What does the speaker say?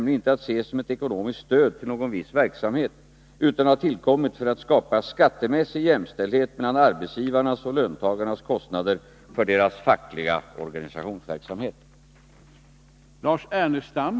Enligt pressuppgifter har skatteförenklingskommittén erhållit direktiv om att undersöka möjligheterna att ta fram en starkt förenklad deklarationsblankett. Många skulle uppleva det som en lättnad att slippa den nuvarande krångliga deklarationsblanketten. Kommer en förenklad deklarationsblankett att tas i bruk vid avgivande av 1984 års deklaration?